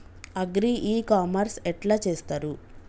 Agri e commerce ఎట్ల చేస్తరు?